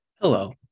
Hello